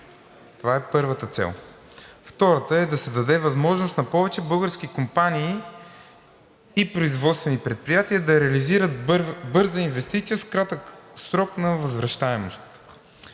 Това е първата цел. Втората е да се даде възможност на повече български компании и производствени предприятия да реализират бърза инвестиция с кратък срок на възвръщаемост.